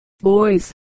boys